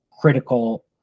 critical